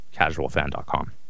casualfan.com